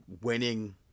winning